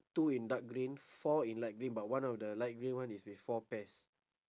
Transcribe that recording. two in dark green four in light green but one of the light green one is with four pears